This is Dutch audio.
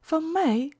van mij